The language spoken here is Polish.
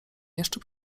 jeszcze